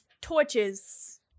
torches